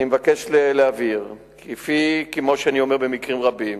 אני מבקש להבהיר כי, כמו שאני אומר במקרים רבים,